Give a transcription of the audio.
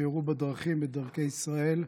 שאירעו בדרכי ישראל.